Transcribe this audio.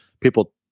people